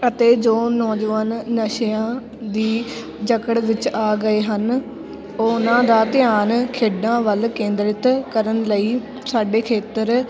ਅਤੇ ਜੋ ਨੌਜਵਾਨ ਨਸ਼ਿਆਂ ਦੀ ਜਕੜ ਵਿੱਚ ਆ ਗਏ ਹਨ ਉਹਨਾਂ ਦਾ ਧਿਆਨ ਖੇਡਾਂ ਵੱਲ ਕੇਂਦਰਿਤ ਕਰਨ ਲਈ ਸਾਡੇ ਖੇਤਰ